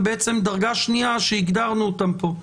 ובעצם דרגה שנייה שהגדרנו אותם פה.